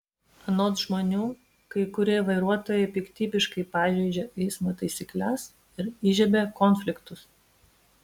anot žmonių kai kurie vairuotojai piktybiškai pažeidžia eismo taisykles ir įžiebia konfliktus